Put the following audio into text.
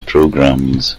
programs